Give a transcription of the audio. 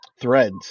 threads